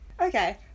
Okay